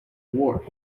worf